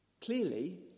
clearly